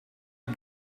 you